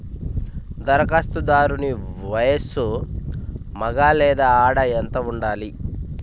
ధరఖాస్తుదారుని వయస్సు మగ లేదా ఆడ ఎంత ఉండాలి?